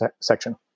section